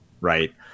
right